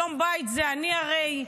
שלום בית זה הרי אני.